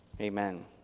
Amen